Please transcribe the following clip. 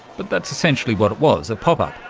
but that's essentially what it was a pop-up.